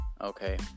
okay